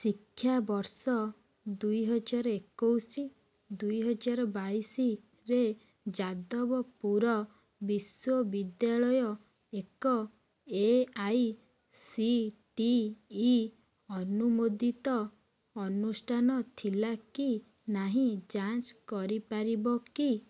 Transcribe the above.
ଶିକ୍ଷାବର୍ଷ ଦୁଇ ହଜାର ଏକୋଇଶ ଦୁଇ ହଜାର ବାଇଶରେ ଯାଦବପୁର ବିଶ୍ୱବିଦ୍ୟାଳୟ ଏକ A I C T E ଅନୁମୋଦିତ ଅନୁଷ୍ଠାନ ଥିଲା କି ନାହିଁ ଯାଞ୍ଚ କରିପାରିବ କି